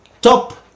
top